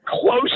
close